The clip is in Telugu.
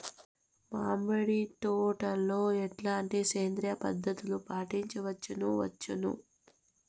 మామిడి తోటలో ఎట్లాంటి సేంద్రియ పద్ధతులు పాటించవచ్చును వచ్చును?